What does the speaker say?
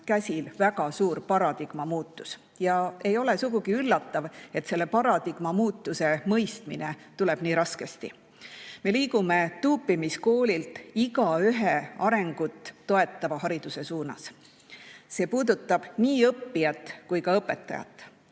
käsil väga suur paradigma muutus. Ja ei ole sugugi üllatav, et selle paradigma muutuse mõistmine tuleb nii raskesti. Me liigume tuupimiskoolilt igaühe arengut toetava hariduse suunas. See puudutab nii õppijat kui ka õpetajat.